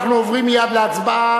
אנחנו עוברים מייד להצבעה.